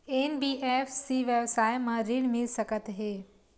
NBFC व्यवसाय मा ऋण मिल सकत हे